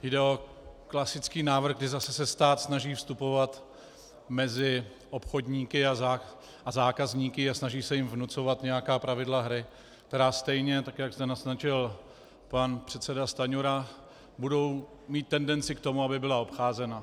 Jde o klasický návrh, kdy se zase stát snaží vstupovat mezi obchodníky a zákazníky a snaží se jim vnucovat nějaká pravidla hry, která stejně, tak jak zde naznačil pan předseda Stanjura, budou mít tendenci k tomu, aby byla obcházena.